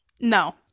No